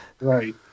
Right